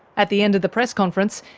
at the end of the press conference,